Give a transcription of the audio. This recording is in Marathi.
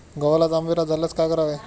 गव्हाला तांबेरा झाल्यास काय करावे?